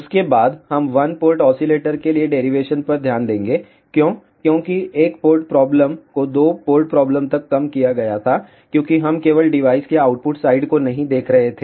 उसके बाद हम वन पोर्ट ऑसीलेटर के लिए डेरिवेशन पर ध्यान देंगे क्यों क्योंकि एक पोर्ट प्रॉब्लम को दो पोर्ट प्रॉब्लम तक कम किया गया था क्योंकि हम केवल डिवाइस के आउटपुट साइड को नहीं देख रहे थे